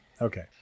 Okay